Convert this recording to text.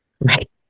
Right